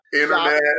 Internet